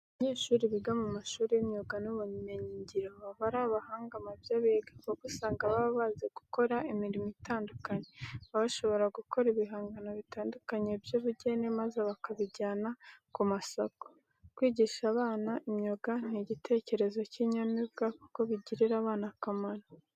Abanyeshuri biga mu mashuri y'imyuga n'ubumenyingiro baba ari abahanga mu byo biga kuko usanga baba bazi gukora imirimo itandukanye. Baba bashobora gukora ibihangano bitandukanye by'ubugeni maze bakabinjyana ku masiko. Kwigisha abana imyuga ni igitekerezo cy'inyamibwa kuko bigirira aba bana akamaro.